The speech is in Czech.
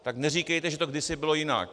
Tak neříkejte, že to kdysi bylo jinak.